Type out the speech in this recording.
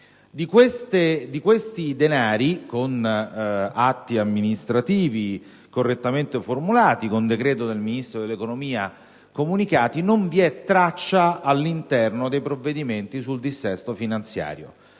Di questi denari, con atti amministrativi correttamente formulati e comunicati con decreto del Ministro dell'economia, non vi è traccia all'interno dei provvedimenti sul dissesto finanziario.